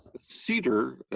Cedar